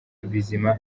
bizima